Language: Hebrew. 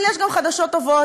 אבל יש גם חדשות טובות,